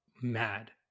mad